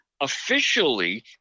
officially